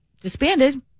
disbanded